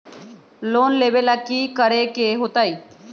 Loan लेवेला की करेके होतई?